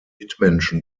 mitmenschen